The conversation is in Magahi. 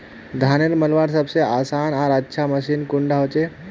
धानेर मलवार सबसे आसान आर अच्छा मशीन कुन डा होचए?